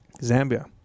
zambia